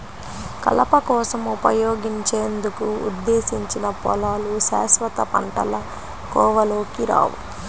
కలప కోసం ఉపయోగించేందుకు ఉద్దేశించిన పొలాలు శాశ్వత పంటల కోవలోకి రావు